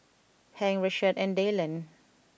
Hank Rashaad and Dyllan